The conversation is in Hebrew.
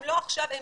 אם לא עכשיו אימתי.